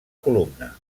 columna